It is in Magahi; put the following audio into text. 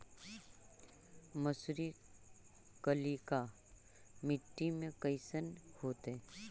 मसुरी कलिका मट्टी में कईसन होतै?